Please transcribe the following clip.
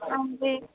ਹਾਂਜੀ